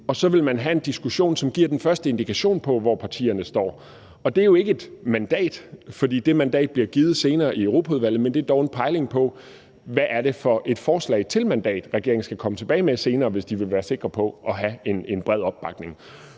Så vil man have en diskussion, som giver den første indikation på, hvor partierne står. Og det er jo ikke et mandat, for det mandat bliver givet senere i Europaudvalget; men det er dog en pejling på, hvad det er for et forslag til mandat, regeringen skal komme tilbage med senere, hvis de vil være sikre på at have en bred opbakning.